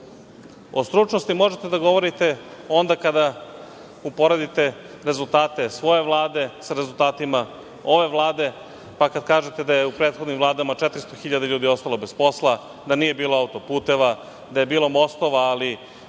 O stručnosti možete da govorite onda kada uporedite rezultate svoje Vlade sa rezultatima ove Vlade, pa kada kažete da je u prethodnim vladama 400.000 ljudi ostalo bez posla, da nije bilo autoputeva, da je bilo mostova ali